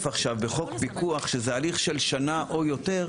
בחוק פיקוח שזה הליך של שנה או יותר,